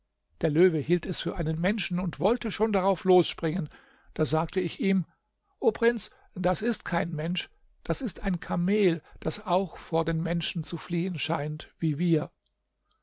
der löwe hielt es für einen menschen und wollte schon darauf losspringen da sagte ich ihm o prinz das ist kein mensch das ist ein kamel das auch vor den menschen zu fliehen scheint wie wir